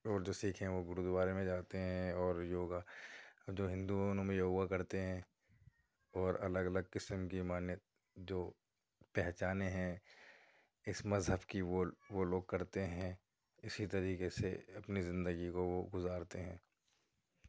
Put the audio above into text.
اور جو سِکھ ہیں وہ گرودوارے میں جاتے ہیں اور یوگا جو ہندو اُن میں یوگا کرتے ہیں اور الگ الگ قسم کی مانیں جو پہچانیں ہیں اِس مذہب کی وہ وہ لوگ کرتے ہیں اِسی طریقے سے اپنی زندگی کو وہ گزارتے ہیں